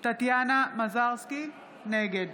נגד